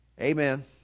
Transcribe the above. Amen